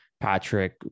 Patrick